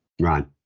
Right